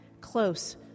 close